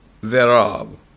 thereof